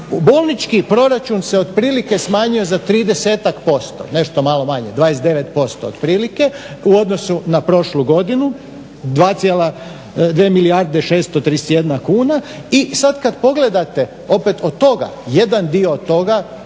bolnički proračun se otprilike smanjio za tridesetak posto, nešto malo manje 29% otprilike u odnosu na prošlu godinu 2 milijarde 631 kuna. I sad kad pogledate opet od toga, jedan dio od toga,